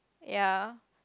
ya